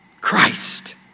Christ